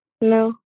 No